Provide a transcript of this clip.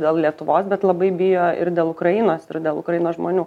dėl lietuvos bet labai bijo ir dėl ukrainos ir dėl ukrainos žmonių